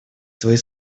своей